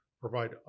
provide